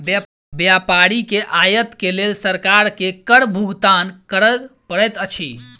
व्यापारी के आयत के लेल सरकार के कर भुगतान कर पड़ैत अछि